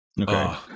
Okay